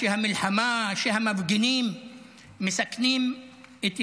שהמלחמה, שהמפגינים מסכנים את ישראל.